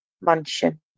mansion